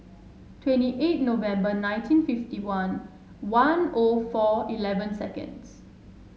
twenty eight November nineteen fifty one one O four eleven seconds